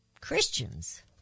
Christians